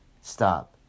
stop